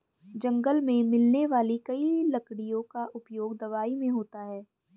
जंगल मे मिलने वाली कई लकड़ियों का उपयोग दवाई मे होता है